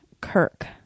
kirk